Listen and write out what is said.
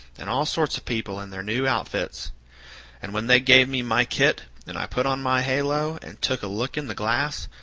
and all sorts of people in their new outfits and when they gave me my kit and i put on my halo and took a look in the glass,